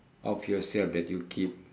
of yourself that you keep